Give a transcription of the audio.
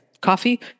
coffee